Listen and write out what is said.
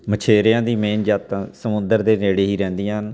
ਮਛੇਰਿਆਂ ਦੀ ਮੇਨ ਜਾਤਾਂ ਸਮੁੰਦਰ ਦੇ ਨੇੜੇ ਹੀ ਰਹਿੰਦੀਆਂ ਹਨ